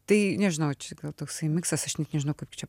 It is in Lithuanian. tai nežinau čia gal toksai miksas aš net nežinau kaip čia